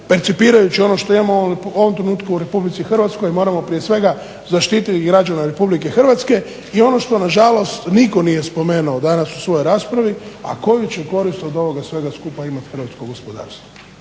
percipirajući ono što imamo u ovom trenutku RH moramo prije svega zaštiti građane RH. i ono što nažalost nitko nije spomenuo danas u svojoj raspravi, a koju će korist od ovoga svega skupa imati hrvatsko gospodarstvo.